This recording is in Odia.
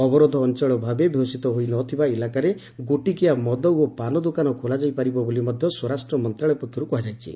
ଅବରୋଧ ଅଞ୍ଚଳ ଭାବେ ଘୋଷିତ ହୋଇନଥିବା ଇଲାକାରେ ଗୋଟିକିଆ ମଦ ଓ ପାନ ଦୋକାନ ଖୋଲାଯାଇ ପାରିବ ବୋଲି ମଧ୍ୟ ସ୍ୱରାଷ୍ଟ୍ର ମନ୍ତ୍ରଣାଳୟ ପକ୍ଷରୁ କୁହାଯାଇଛି